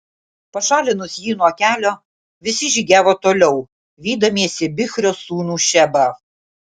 pašalinus jį nuo kelio visi žygiavo toliau vydamiesi bichrio sūnų šebą